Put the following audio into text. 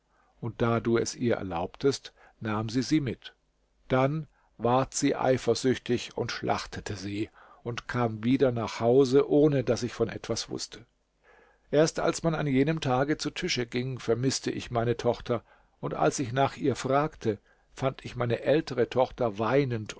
und da du es ihr erlaubtest nahm sie sie mit dann ward sie eifersüchtig und schlachtete sie und kam wieder nach hause ohne daß ich von etwas wußte erst als man an jenem tage zu tische ging vermißte ich meine tochter und als ich nach ihr fragte fand ich meine ältere tochter weinend